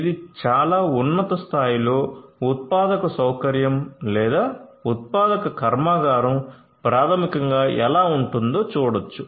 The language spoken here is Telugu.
ఇది చాలా ఉన్నత స్థాయిలో ఉత్పాదక సౌకర్యం లేదా ఉత్పాదక కర్మాగారం ప్రాథమికంగా ఎలా ఉంటుందో చూడొచ్చు